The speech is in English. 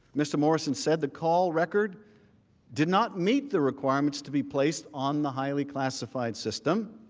mr. morrison said the call record did not meet the requirements to be placed on the highly classified system.